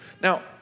Now